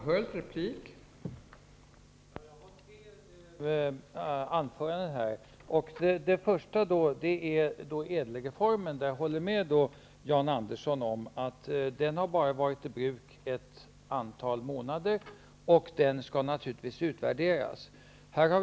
Fru talman! Jag har synpunkter på tre inlägg här. Först gäller det ÄDEL-reformen. Jag håller med Jan Andersson om att den bara gäller sedan ett antal månader. Naturligtvis skall en utvärdering göras.